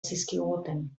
zizkiguten